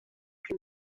can